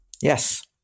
Yes